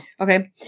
Okay